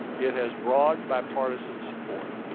it has broad bipartisan support.